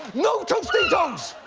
no tostitos!